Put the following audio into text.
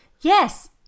Yes